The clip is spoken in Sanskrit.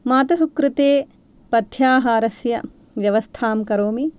मातुः कृते पथ्याहारस्य व्यवस्थां करोमि